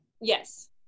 Yes